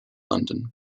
london